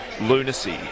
lunacy